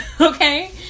Okay